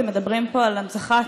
כן,